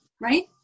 right